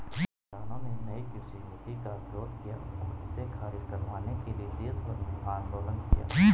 किसानों ने नयी कृषि नीति का विरोध किया और इसे ख़ारिज करवाने के लिए देशभर में आन्दोलन किया